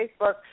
Facebook